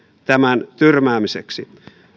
tämän tyrmäämiseksi